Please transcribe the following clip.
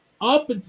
Up